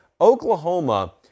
Oklahoma